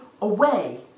away